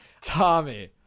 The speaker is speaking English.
Tommy